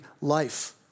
life